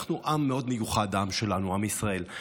אנחנו עם מאד מיוחד, העם שלנו, עם ישראל.